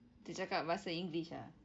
tercakap bahasa inggeris ah